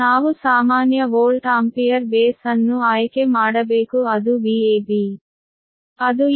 ನಾವು ಸಾಮಾನ್ಯ volt ampere base ಅನ್ನು ಆಯ್ಕೆ ಮಾಡಬೇಕು ಅದು B